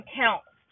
counts